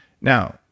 Now